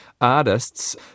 artists